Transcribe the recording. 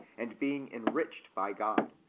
and being enriched by god.